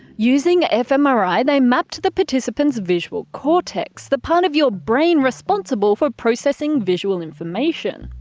using fmri, they mapped the participants' visual cortex, the part of your brain responsible for processing visual information.